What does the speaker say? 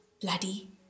bloody